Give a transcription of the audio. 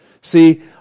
See